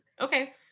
Okay